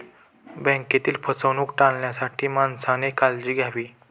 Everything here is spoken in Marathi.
बँकेतील फसवणूक टाळण्यासाठी माणसाने काळजी घ्यावी